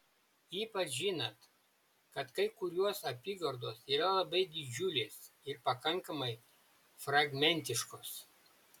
ypač žinant kad kai kurios apygardos yra labai didžiulės ir pakankamai fragmentiškos